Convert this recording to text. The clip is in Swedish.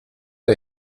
det